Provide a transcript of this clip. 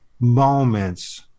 moments